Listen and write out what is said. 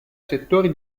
settori